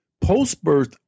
post-birth